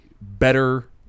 better